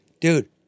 dude